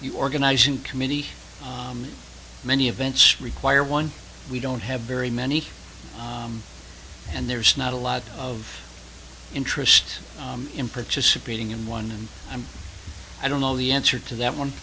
you organizing committee many events require one we don't have very many and there's not a lot of interest in participating in one and i'm i don't know the answer to that one